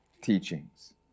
teachings